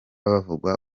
bavugwa